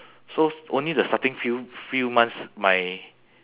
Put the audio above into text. so only the starting few few months my